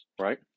right